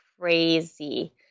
crazy